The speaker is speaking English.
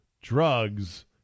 drugs